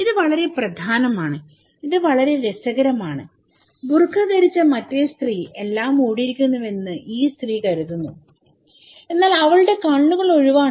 ഇത് വളരെ പ്രധാനമാണ് ഇത് വളരെ രസകരമാണ് ബുർക്ക ധരിച്ച മറ്റേ സ്ത്രീ എല്ലാം മൂടിയിരിക്കുന്നുവെന്ന് ഈ സ്ത്രീ കരുതുന്നു എന്നാൽ അവളുടെ കണ്ണുകൾ ഒഴിവാണ്